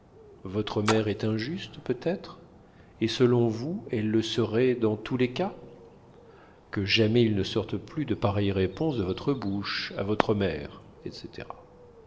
votre mère est injuste peut-être et selon vous elle le serait dans tous les cas que jamais il ne sorte plus de pareille réponse de votre bouche à votre mère etc